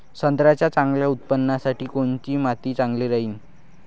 संत्र्याच्या चांगल्या उत्पन्नासाठी कोनची माती चांगली राहिनं?